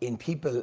in people